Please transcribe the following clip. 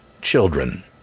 children